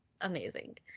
Amazing